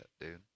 dude